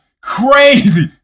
crazy